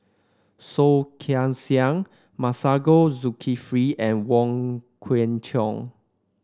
Soh Kay Siang Masagos Zulkifli and Wong Kwei Cheong